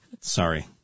Sorry